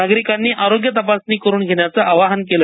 नागरिकांनी आरोग्य तपासणी करून घेण्याचे आवाहन केलं